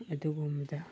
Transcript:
ꯑꯗꯨꯒꯨꯝꯕꯗ